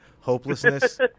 hopelessness